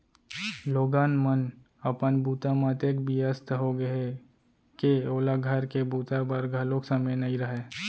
लोगन मन अपन बूता म अतेक बियस्त हो गय हें के ओला घर के बूता बर घलौ समे नइ रहय